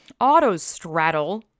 Autostraddle